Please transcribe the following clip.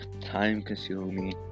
time-consuming